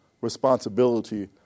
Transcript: responsibility